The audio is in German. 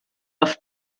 auf